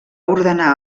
ordenar